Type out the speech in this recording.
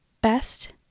best